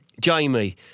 Jamie